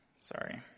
sorry